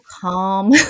calm